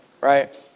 right